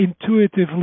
intuitively